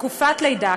"תקופת לידה",